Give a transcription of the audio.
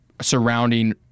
surrounding